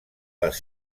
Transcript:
les